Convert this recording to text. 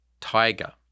tiger